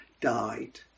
died